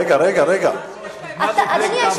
אדוני היושב-ראש,